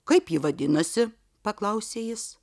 kaip ji vadinasi paklausė jis